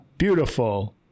beautiful